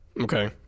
okay